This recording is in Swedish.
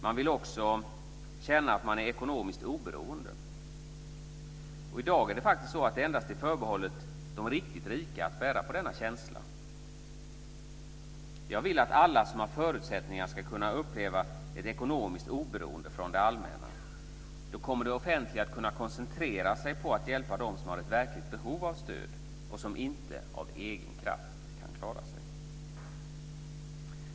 Man vill också känna att man är ekonomiskt oberoende. I dag är det faktiskt förbehållet de riktigt rika att kunna bära på denna känsla. Jag vill att alla som har förutsättningar ska kunna uppleva ett ekonomisk oberoende från det allmänna. Då kommer det offentliga att kunna koncentrera sig på att hjälpa dem som har ett verkligt behov av stöd och som inte kan klara sig av egen kraft.